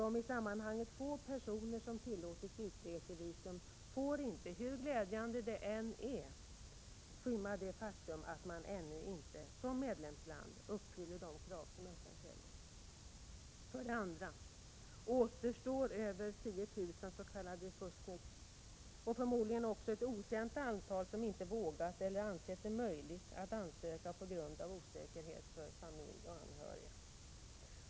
De i sammanhanget få personer som beviljats utresevisum får inte, hur glädjande detta än är, skymma det faktum och rätten till självbestämmande att Sovjet ännu inte som medlemsland uppfyller de krav som FN ställer. För det andra återstår över 10 000 s.k. refuseniks och förmodligen också ett okänt antal, som inte vågat eller ansett det möjligt att ansöka på grund av osäkerhet för familj och anhöriga.